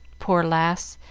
poor lass!